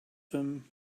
them